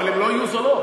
אבל הן לא יהיו זולות.